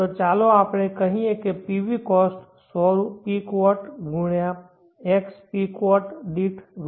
તો ચાલો આપણે કહીએ કે PV કોસ્ટ 100 પીક વોટ ગુણ્યાં x પીક વોટ દીઠ રૂ